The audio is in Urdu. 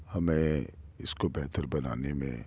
ہمیں اس کو بہتر بنانے میں